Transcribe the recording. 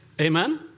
Amen